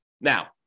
Now